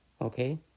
okay